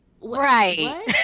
right